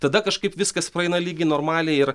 tada kažkaip viskas praeina lygiai normaliai ir